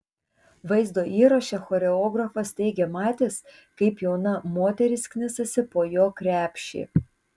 vaizdo įraše choreografas teigė matęs kaip jauna moteris knisasi po jo krepšį